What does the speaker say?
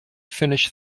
finished